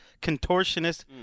contortionist